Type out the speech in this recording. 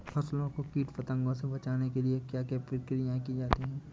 फसलों को कीट पतंगों से बचाने के लिए क्या क्या प्रकिर्या की जाती है?